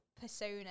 persona